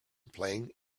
playing